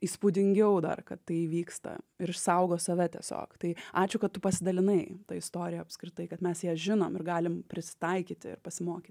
įspūdingiau dar kad tai vyksta ir išsaugo save tiesiog tai ačiū kad tu pasidalinai ta istorija apskritai kad mes ją žinom ir galim prisitaikyti ir pasimokyti